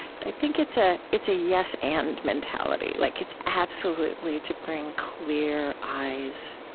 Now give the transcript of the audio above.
but i think it's ah it's a yes and mentality. like it's absolutely to bring clear eyes